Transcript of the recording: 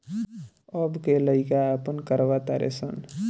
अब के लइका आपन करवा तारे सन